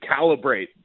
calibrate